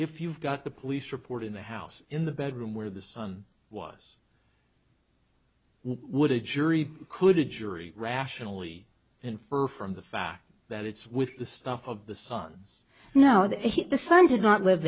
if you've got the police report in the house in the bedroom where the son was would a jury could a jury rationally infer from the fact that it's with the stuff of the sons now that the son did not live